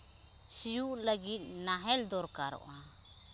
ᱥᱤᱭᱳᱜ ᱞᱟᱹᱜᱤᱫ ᱱᱟᱦᱮᱞ ᱫᱚᱨᱠᱟᱨᱚᱜᱼᱟ